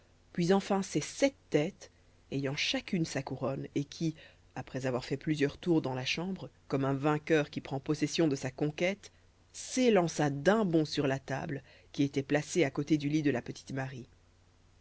puis enfin ses sept têtes ayant chacune sa couronne et qui après avoir fait plusieurs tours dans la chambre comme un vainqueur qui prend possession de sa conquête s'élança d'un bond sur la table qui était placée à côté du lit de la petite marie